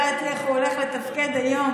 לא יודעת איך הוא הולך לתפקד היום,